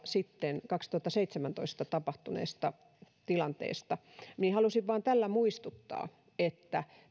sitten kaksituhattaseitsemäntoista tapahtuneesta tilanteesta niin halusin tällä vain muistuttaa että